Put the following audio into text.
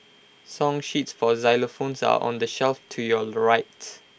song sheets for xylophones are on the shelf to your right